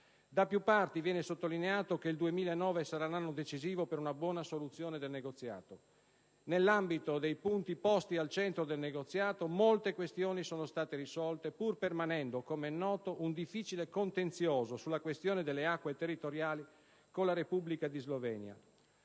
Da più parti viene sottolineato che il 2009 sarà l'anno decisivo per una buona soluzione del negoziato europeo. Nell'ambito dei punti posti al centro del negoziato, molte questioni sono state risolte, pur permanendo, come è noto, un difficile contenzioso sulla questione delle acque territoriali con la Repubblica di Slovenia.